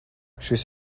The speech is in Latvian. šis